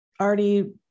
already